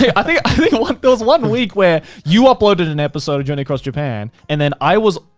yeah i think there was one week where you uploaded an episode of journey across japan. and then i was,